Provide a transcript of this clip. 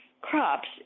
crops